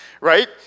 Right